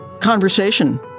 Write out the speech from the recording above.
conversation